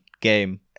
game